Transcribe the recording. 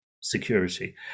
security